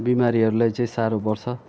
बिमारीहरूलाई चाहिँ साह्रो पर्छ